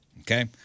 Okay